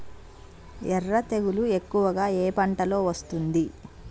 ఎర్ర తెగులు ఎక్కువగా ఏ పంటలో వస్తుంది?